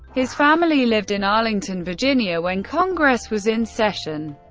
his family lived in arlington, virginia, when congress was in session.